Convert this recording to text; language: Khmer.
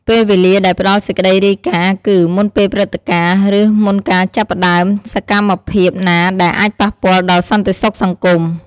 ពេលវេលាដែលផ្តល់សេចក្តីរាយការណ៍គឺ មុនពេលព្រឹត្តិការណ៍ ឬមុនការចាប់ផ្តើមសកម្មភាពណាដែលអាចប៉ះពាល់ដល់សន្តិសុខសង្គម។